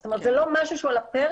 זאת אומרת זה לא משהו על הפרק,